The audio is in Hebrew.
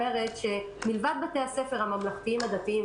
מלבד בתי הספר הממלכתיים הדתיים,